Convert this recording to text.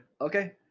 Okay